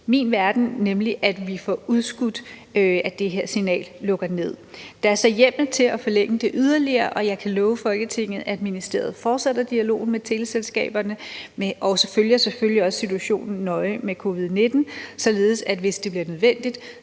blevet løst, nemlig at vi får udskudt, at det her signal lukker ned. Der er så hjemmel til at forlænge det yderligere, og jeg kan love Folketinget, at ministeriet fortsætter dialogen med teleselskaberne og selvfølgelig også følger situationen med covid-19 nøje, således at hvis det bliver nødvendigt,